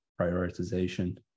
prioritization